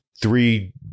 three